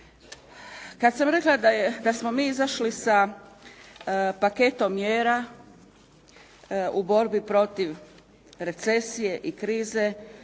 Kada sam rekla da smo mi izašli sa paketom mjera u borbi protiv recesije i krize,